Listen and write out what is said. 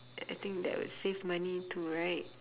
I think that would save money too right